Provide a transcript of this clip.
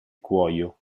cuoio